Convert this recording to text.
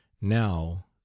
Now